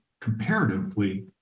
comparatively